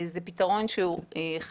זה פתרון שהוא חדשני,